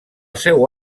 seu